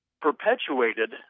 perpetuated